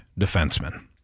defenseman